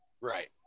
right